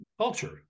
culture